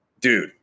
dude